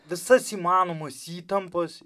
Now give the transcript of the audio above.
visas įmanomas įtampas